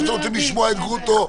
או שאתם רוצים לשמוע את פרופ' גרוטו?